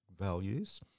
values